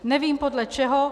Nevím podle čeho.